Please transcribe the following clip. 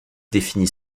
définit